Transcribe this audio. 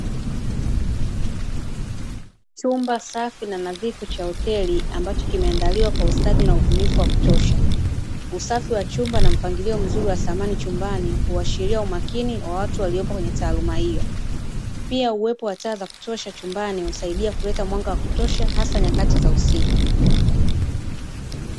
Chumba safi na nadhifu cha hoteli ambacho kimeandaliwa kwa ustadi na ubunifu wa kutosha. Usafi wa chumba na mpangilio mzuri wa samani chumbani huashiria umakini na watu waliopo kwenye taaluma hiyo. Pia uwepo wa taa za kutosha chumbani husaidia kuleta mwanga wa kutosha hasa nyakati za usiku.